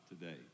today